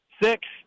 Six